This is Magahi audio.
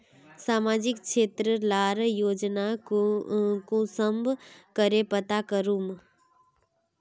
सामाजिक क्षेत्र लार योजना कुंसम करे पता करूम?